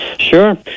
Sure